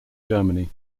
germany